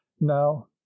now